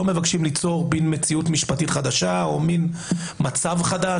מבקשים ליצור מין מציאות משפטית חדשה או מין מצב חדש,